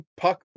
puck